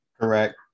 Correct